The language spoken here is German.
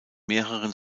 mehreren